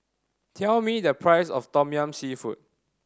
tell me the price of tom yum seafood